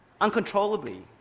uncontrollably